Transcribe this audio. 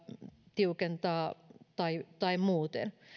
tiukentaa tai tai muuten tähän puuttua